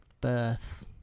birth